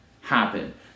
happen